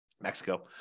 Mexico